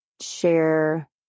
share